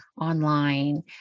online